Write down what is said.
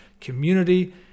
community